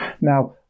Now